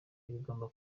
ibigomba